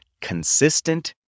consistent